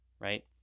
Right